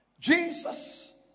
Jesus